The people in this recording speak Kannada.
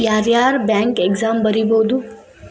ಯಾರ್ಯಾರ್ ಬ್ಯಾಂಕ್ ಎಕ್ಸಾಮ್ ಬರಿಬೋದು